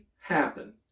happen